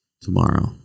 tomorrow